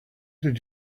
did